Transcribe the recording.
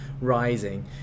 rising